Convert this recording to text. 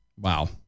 Wow